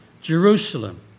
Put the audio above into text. Jerusalem